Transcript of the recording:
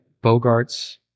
bogart's